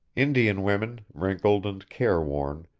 indian women, wrinkled and careworn,